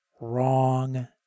wrong